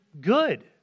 good